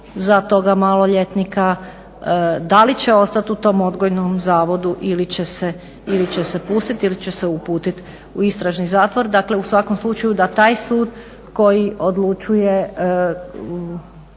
za toga maloljetnika da li će ostati u tom odgojnom zavodu ili će se pustiti ili će se uputiti u istražni zatvor. Dakle u svakom slučaju da taj sud koji odlučuje